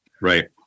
Right